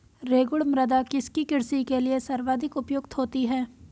रेगुड़ मृदा किसकी कृषि के लिए सर्वाधिक उपयुक्त होती है?